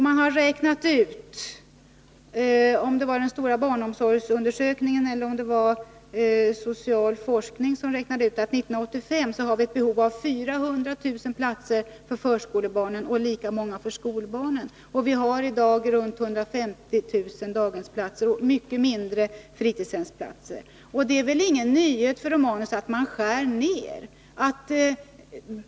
Man har räknat ut — jag är inte säker på om det var i den stora barnomsorgsundersökningen eller om uppgifterna kommit fram genom social forskning — att vi 1985 kommer att ha ett behov av 400 000 platser för förskolebarnen och av lika många platser för skolbarnen. Det finns i dag runt 150 000 daghemsplatser och mycket färre fritidshemsplatser. Det är väl ingen nyhet för Gabriel Romanus att nedskärningar görs.